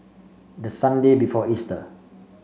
the Sunday before Easter